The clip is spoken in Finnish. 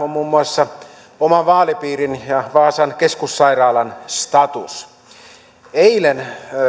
on muun muassa oman vaalipiirini vaasan keskussairaalan status eilen